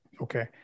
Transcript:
Okay